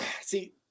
see –